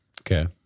okay